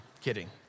Kidding